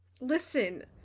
Listen